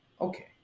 Okay